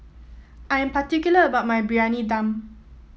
I am particular about my Briyani Dum